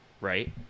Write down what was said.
right